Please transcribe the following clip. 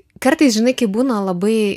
kartais žinai kai būna labai